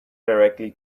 directly